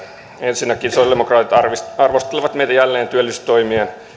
ensinnäkin sosialidemokraatit arvostelivat meitä jälleen työllisyystoimien